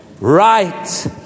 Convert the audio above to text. right